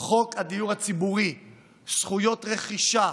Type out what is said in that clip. חוק הדיור הציבורי (זכויות רכישה)